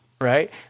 right